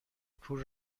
پول